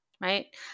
right